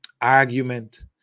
argument